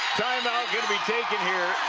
timeout going to be taken here